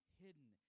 hidden